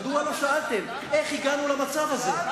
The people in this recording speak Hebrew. מדוע לא שאלתם איך הגענו למצב הזה?